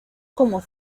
como